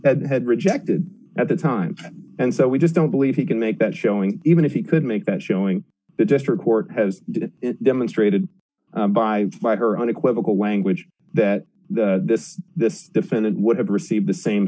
that had rejected at the time and so we just don't believe he can make that showing even if he could make that showing the district court has demonstrated by by her unequivocal language that this this defendant would have received the same